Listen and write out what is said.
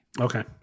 Okay